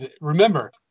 remember